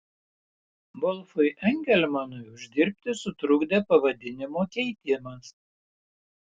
volfui engelmanui uždirbti sutrukdė pavadinimo keitimas